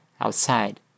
outside